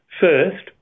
first